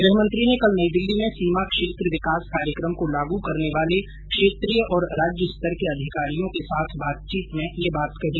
गृहमंत्री ने कल नई दिल्ली में सीमा क्षेत्र विकास कार्यक्रम को लागू करने वाले क्षेत्रीय और राज्य स्तर के अधिकारियों के साथ बातचीत में यह बात कही